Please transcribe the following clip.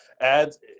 ads